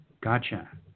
Gotcha